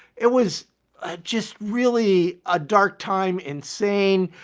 it was ah just really a dark time, insane.